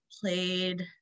played